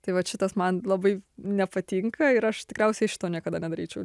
tai vat šitas man labai nepatinka ir aš tikriausiai šito niekada nedaryčiau